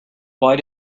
why